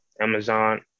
Amazon